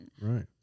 Right